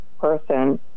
person